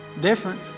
different